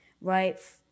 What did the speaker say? right